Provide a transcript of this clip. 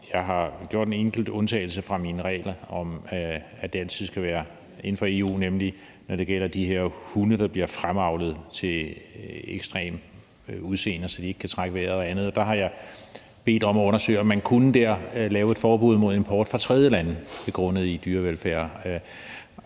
jeg har gjort en enkelt undtagelse fra mine regler om, at det altid skal være inden for EU, nemlig når det gælder de her hunde, der bliver fremavlet til et ekstremt udseende, så de ikke kan trække vejret og andet, og der har jeg bedt om, at man undersøgte, om man der kunne lave et forbud mod import fra tredjelande begrundet i dyrevelfærd.